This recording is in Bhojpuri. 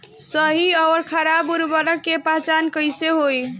सही अउर खराब उर्बरक के पहचान कैसे होई?